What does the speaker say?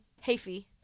Hey-fee